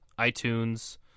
iTunes